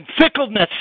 fickleness